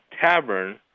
Tavern